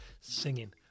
singing